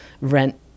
rent